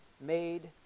made